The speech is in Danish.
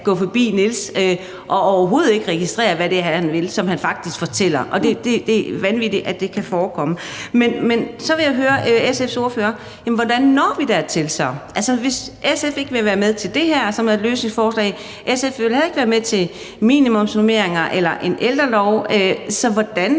gå forbi Niels og overhovedet ikke registrere, hvad det er, han vil, og hvad han faktisk fortæller, og det er vanvittigt, at det kan forekomme. Men jeg vil så høre SF's ordfører: Hvordan når vi dertil, hvis SF ikke vil være med til det her, som er et løsningsforslag, og SF jo heller ikke vil være med til minimumsnormeringer eller en ældrelov? Så hvordan